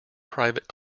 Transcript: private